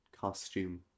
costume